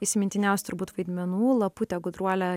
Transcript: įsimintiniausių turbūt vaidmenų laputė gudruolė